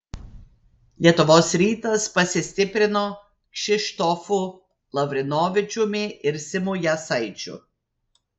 lietuvos rytas pasistiprino kšištofu lavrinovičiumi ir simu jasaičiu